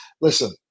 listen